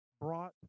brought